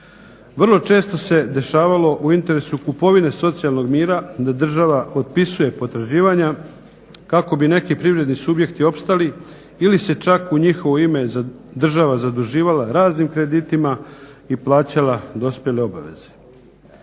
Vrlo često se dešavalo u interesu kupovine socijalnog mira da država otpisuje potraživanja kako bi neki privredni subjekti opstali ili se čak u njihovo ime država zaduživala raznim kreditima i plaćala dospjele obaveze.